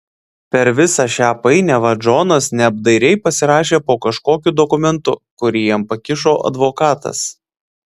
per visą šią painiavą džonas neapdairiai pasirašė po kažkokiu dokumentu kurį jam pakišo advokatas